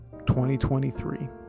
2023